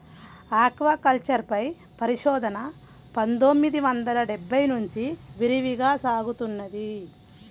aquaculture పై పరిశోధన పందొమ్మిది వందల డెబ్బై నుంచి విరివిగా సాగుతున్నది